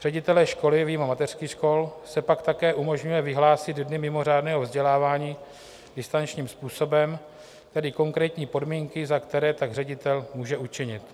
Ředitelům škol, vyjma mateřských škol, se pak také umožňuje vyhlásit dny mimořádného vzdělávání distančním způsobem, tedy konkrétní podmínky, za kterých tak ředitel může učinit.